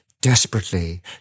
desperately